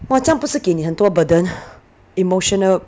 !wah! 这样不是给你很多 burden emotional